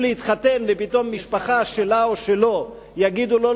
להתחתן ופתאום המשפחה שלה או שלו יגידו: לא,